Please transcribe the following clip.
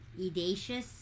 Edacious